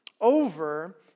over